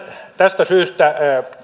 tästä syystä